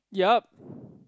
yup